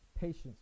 patience